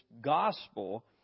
gospel